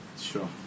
Sure